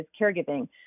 caregiving